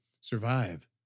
survive